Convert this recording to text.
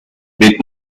bit